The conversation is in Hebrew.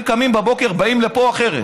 הם קמים בבוקר, באים לפה אחרת.